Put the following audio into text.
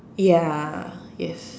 ya yes